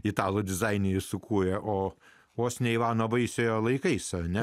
italų dizaineris sukūrė o vos ne ivano baisiojo laikais ar ne